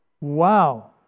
wow